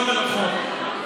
שאני אשמע מרחוק.